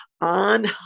on